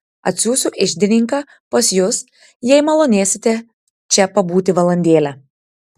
atsiųsiu iždininką pas jus jei malonėsite čia pabūti valandėlę